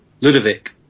Ludovic